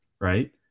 right